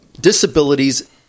disabilities